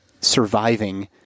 surviving